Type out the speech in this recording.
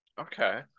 Okay